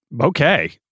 Okay